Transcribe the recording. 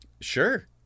Sure